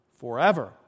forever